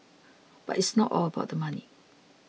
but it's not all about the money